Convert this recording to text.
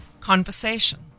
Conversation